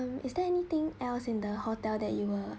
~(um) is there anything else in the hotel that you were